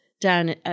down